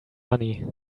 money